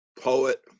poet